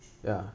ya